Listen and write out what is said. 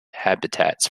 habitats